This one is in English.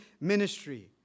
ministry